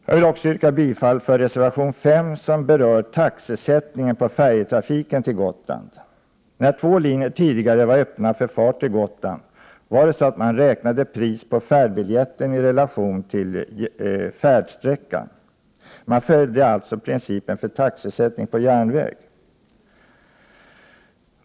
Jag vill också yrka bifall till reservation 5, som berör taxesättningen på färjetrafiken till Gotland. Tidigare, när två linjer var öppna på fart till Gotland, var det så att man räknade pris på färdbiljetten i relation till färdsträckan. Man följde således principerna för taxesättning på järnväg.